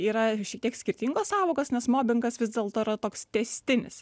yra šiek tiek skirtingos sąvokos nes mobingas vis dėlto yra toks tęstinis